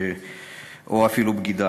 או אפילו בגידה.